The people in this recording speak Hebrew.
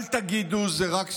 אל תגידו: זו רק סבירות.